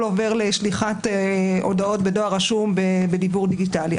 עובר לשליחת הודעות בדואר רשום בדיוור דיגיטלי.